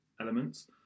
elements